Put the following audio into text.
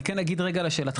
אני כן אגיד רגע לשאלתך.